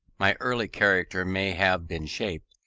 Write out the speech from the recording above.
my early character may have been shaped,